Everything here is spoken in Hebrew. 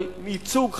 אבל ייצוג חלש,